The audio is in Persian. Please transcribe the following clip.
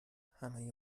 همه